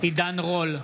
עידן רול,